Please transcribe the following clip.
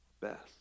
best